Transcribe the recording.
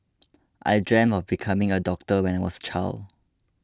I dreamed of becoming a doctor when I was a child